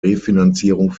refinanzierung